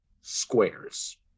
squares